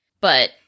But-